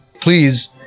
please